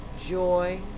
joy